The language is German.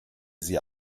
sie